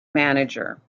manager